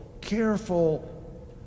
careful